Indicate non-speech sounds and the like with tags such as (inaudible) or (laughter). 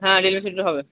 হ্যাঁ (unintelligible) হবে